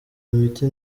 imiti